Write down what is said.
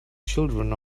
children